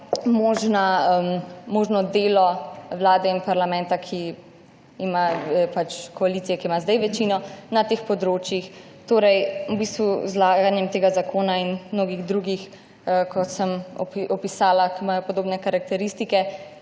delo vlade in parlamenta, kjer ima sedaj večino koalicija, na teh področjih. Z vlaganjem tega zakona in mnogih drugih, kot sem opisala, ki imajo podobne karakteristike,